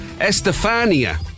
Estefania